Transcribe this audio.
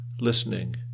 listening